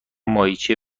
ماهیچه